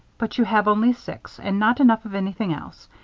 but you have only six. and not enough of anything else.